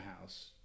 house